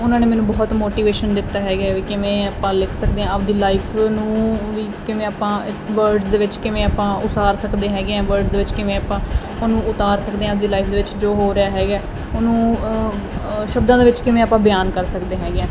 ਉਹਨਾਂ ਨੇ ਮੈਨੂੰ ਬਹੁਤ ਮੋਟੀਵੇਸ਼ਨ ਦਿੱਤਾ ਹੈਗਾ ਵੀ ਕਿਵੇਂ ਆਪਾਂ ਲਿਖ ਸਕਦੇ ਆ ਆਪਦੀ ਲਾਈਫ ਨੂੰ ਵੀ ਕਿਵੇਂ ਆਪਾਂ ਇਕ ਵਰਡਸ ਦੇ ਵਿੱਚ ਕਿਵੇਂ ਆਪਾਂ ਉਸਾਰ ਸਕਦੇ ਹੈਗੇ ਆ ਵਰਡ ਦੇ ਵਿੱਚ ਕਿਵੇਂ ਆਪਾਂ ਉਹਨੂੰ ਉਤਾਰ ਸਕਦੇ ਆ ਦੀ ਲਾਈਫ ਦੇ ਵਿੱਚ ਜੋ ਹੋ ਰਿਹਾ ਹੈਗਾ ਉਹਨੂੰ ਸ਼ਬਦਾਂ ਦੇ ਵਿੱਚ ਕਿਵੇਂ ਆਪਾਂ ਬਿਆਨ ਕਰ ਸਕਦੇ ਹੈਗੇ ਆ